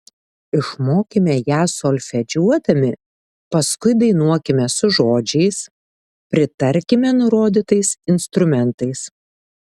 išmokime ją solfedžiuodami paskui dainuokime su žodžiais pritarkime nurodytais instrumentais